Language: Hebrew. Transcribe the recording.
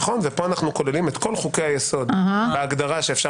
נכון ופה אנחנו כוללים את כל חוקי היסוד בהגדרה שאפשר